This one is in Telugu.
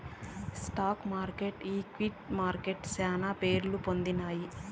స్టాక్ మార్కెట్లు ఈక్విటీ మార్కెట్లు శానా పేరుపొందినాయి